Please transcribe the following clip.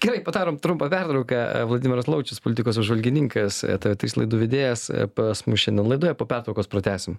gerai padarom trumpą pertrauką vladimiras laučius politikos apžvalgininkas tv trys laidų vedėjas pas mus šiandien laidoje po pertraukos pratęsim